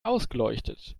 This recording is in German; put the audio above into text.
ausgeleuchtet